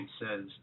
says